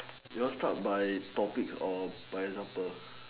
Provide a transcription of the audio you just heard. you all start by topics or by example